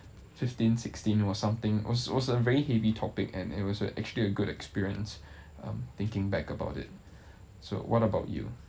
fifteen sixteen it was something was was a very heavy topic and it was actually a good experience um thinking back about it so what about you